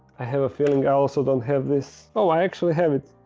i have a feeling i also don't have this. oh, i actually have it.